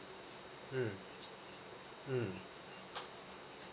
mm mm